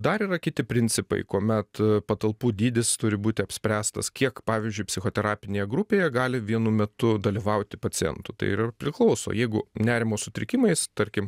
dar yra kiti principai kuomet patalpų dydis turi būti apspręstas kiek pavyzdžiui psichoterapinėje grupėje gali vienu metu dalyvauti pacientų tai ir priklauso jeigu nerimo sutrikimais tarkim